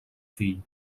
fill